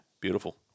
beautiful